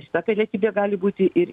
šita pilietybė gali būti ir